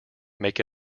make